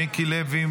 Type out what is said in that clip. מיקי לוי,